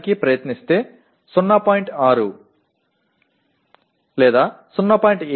7 என்று சொல்வது மிகவும் நம்பத்தகாததாக இருக்கும்